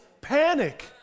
panic